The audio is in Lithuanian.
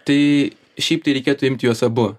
tai šiaip tai reikėtų imti juos abu